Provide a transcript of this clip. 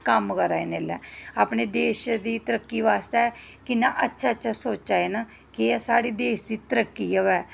कम्म करा दे न ऐल्लै अपने देश दी तरक्की बास्तै कि'न्ना अच्छा अच्छा सोचा दे न कि साढ़े देश दी तरक्की होऐ